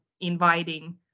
inviting